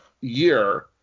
year